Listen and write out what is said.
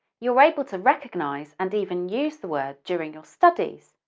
you're able to recognize and even use the word during your studies,